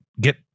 get